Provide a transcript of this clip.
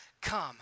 come